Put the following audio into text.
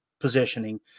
positioning